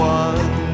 one